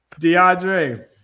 DeAndre